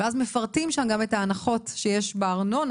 ואז מפרטים שם גם את ההנחות שיש בארנונה,